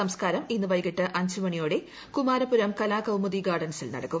സംസ്കാരം ഇന്ന് വൈകിട്ട് അഞ്ച് മണിയോടെ കുമാരപുരം കലാകൌമുദി ഗാർഡൻസിൽ നടക്കും